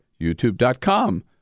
youtube.com